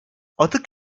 atık